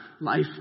life